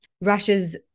Russia's